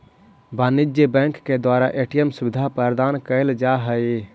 वाणिज्यिक बैंक के द्वारा ए.टी.एम सुविधा प्रदान कैल जा हइ